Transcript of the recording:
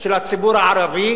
של הציבור הערבי,